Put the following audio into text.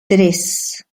tres